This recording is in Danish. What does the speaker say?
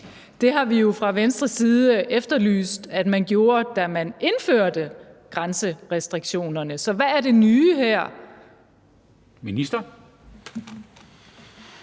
Det har vi jo fra Venstres side efterlyst at man gjorde, da man indførte grænserestriktionerne. Så hvad er det nye her? Kl.